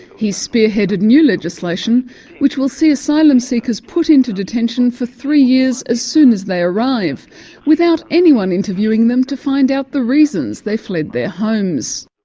he's spearheaded new legislation which will see asylum seekers put into detention for three years as soon as they arrive without anyone interviewing them to find out the reasons they fled their homes.